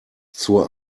zur